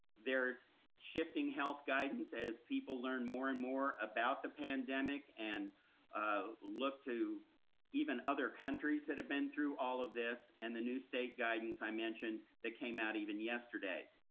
there's shifting health guidance as people learn more and more about the pandemic and look to even other countries that have been through all of this and the new state guidance i mentioned that came out even yesterday.